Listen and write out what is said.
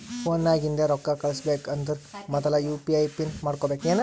phone ನಾಗಿಂದೆ ರೊಕ್ಕಾ ಕಳುಸ್ಬೇಕ್ ಅಂದರ್ ಮೊದುಲ ಯು ಪಿ ಐ ಪಿನ್ ಮಾಡ್ಕೋಬೇಕ್